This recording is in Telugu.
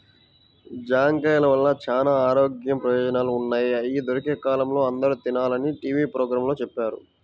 జాంకాయల వల్ల చానా ఆరోగ్య ప్రయోజనాలు ఉన్నయ్, అయ్యి దొరికే కాలంలో అందరూ తినాలని టీవీ పోగ్రాంలో చెప్పారు